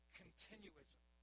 continuism